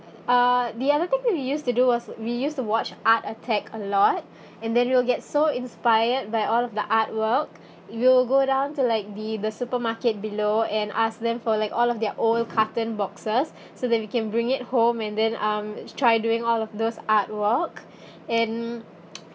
uh the other thing that we used to do was we used to watch art attack a lot and then we will get so inspired by all of the artwork we'll go down to like the the supermarket below and ask them for like all of their old cartoon boxes so that we can bring it home and then um try doing all of those artwork and